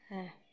হ্যাঁ